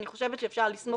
אני חושבת שאפשר לסמוך